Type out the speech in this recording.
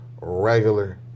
regular